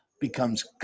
becomes